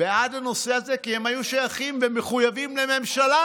הנושא הזה כי הם היו שייכים ומחויבים לממשלה.